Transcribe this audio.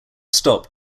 stop